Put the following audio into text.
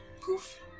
poof